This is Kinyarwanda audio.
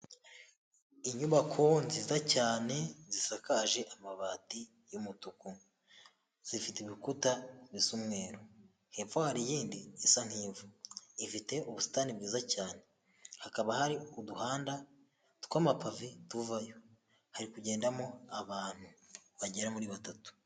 Inyubako nziza cyane zisakaje amabati y'umutuku, zifite ibikutazisa umweru, hepfo hari iyindi isa nk'ivu ifite ubusitani bwiza cyane, hakaba hari uduhanda tw'amapavi tuvayo, hari kugendamo abantu bagera muri batatu.